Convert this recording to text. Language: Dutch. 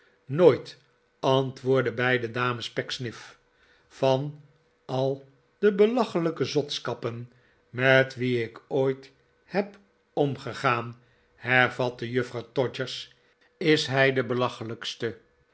nooit antwoordderi beide dames pecksniff van al de belachelijke zotskappen met wie ik ooit heb omgegaan hervatte juffrouw todgers is hij de belachelijkste